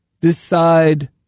decide